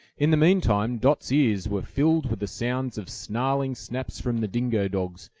in the meantime dot's ears were filled with the sounds of snarling snaps from the dingo dogs,